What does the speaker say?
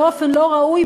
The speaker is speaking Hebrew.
באופן לא ראוי,